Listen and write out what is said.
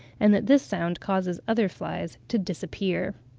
and that this sound causes other flies to disappear.